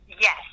Yes